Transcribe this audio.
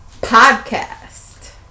Podcast